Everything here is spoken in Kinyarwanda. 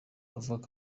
avuga